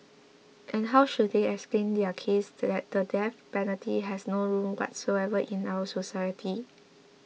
and how should they explain their case that the death penalty has no room whatsoever in our society